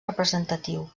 representatiu